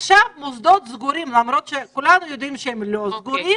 עכשיו המוסדות סגורים למרות שכולנו יודעים שהם לא סגורים